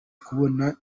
ukubona